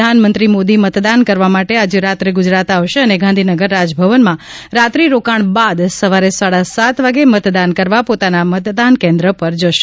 પ્રધાનમંત્રી મોદી મતદાન કરવા માટે આજે રાત્રે ગુજરાત આવશે અને ગાંધીનગર રાજભવનમાં રાત્રિરોકાણ બાદ સવારે સાડા સાત વાગ્યે મતદાન કરવા પોતાના મતદાન કેન્દ્ર ઉપર જશે